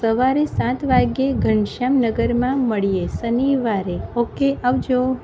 સવારે સાત વાગ્યે ઘનશ્યામનગરમાં મળીએ શનિવારે ઓકે આવજો